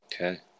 okay